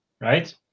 right